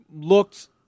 looked